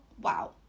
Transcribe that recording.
wow